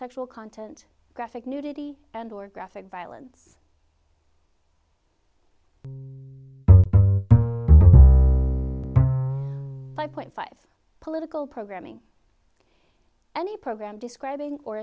sexual content graphic nudity and or graphic violence five point five political programming any program describing or